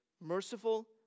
merciful